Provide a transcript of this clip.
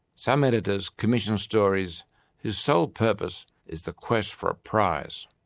some editors commission stories whose sole purpose is the quest for a prize.